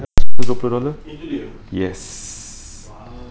itu dia !wow!